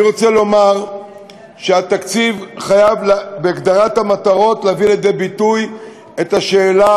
אני רוצה לומר שהתקציב חייב בהגדרת המטרות להביא לידי ביטוי את השאלה,